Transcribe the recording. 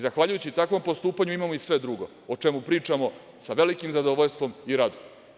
Zahvaljujući takvom postupanju imamo i sve drugo o čemu pričamo sa velikim zadovoljstvom i radom.